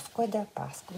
skuodė paskui